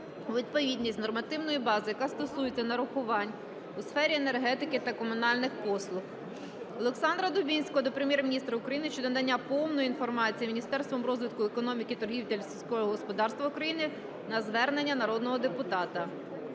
відповідність нормативної бази, яка стосується нарахувань у сфері енергетики та комунальних послуг. Олександра Дубінського до Прем'єр-міністра України щодо надання повної інформації Міністерством розвитку економіки, торгівлі та сільського господарства України на звернення народного депутата.